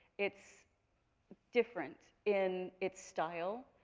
it's different in its style,